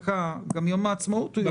גם יום העצמאות הוא יום שבתון.